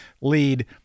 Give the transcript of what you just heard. lead